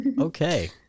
Okay